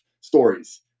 stories